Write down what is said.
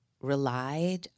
relied